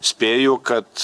spėju kad